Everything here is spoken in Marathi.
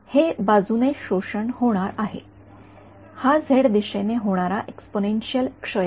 हे बाजूने शोषण होणार आहे हा झेड दिशेने होणारा एक्सपोनेन्शिअल क्षय आहे